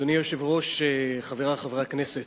אדוני היושב-ראש, חברי חברי הכנסת,